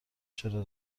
چرا